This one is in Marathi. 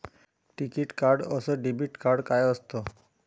टिकीत कार्ड अस डेबिट कार्ड काय असत?